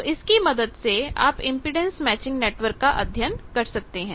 तो इसकी मदद से आप इंपेडेंस मैचिंग नेटवर्क का अध्ययन कर सकते हैं